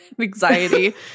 anxiety